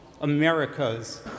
America's